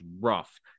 rough